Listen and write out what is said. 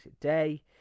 day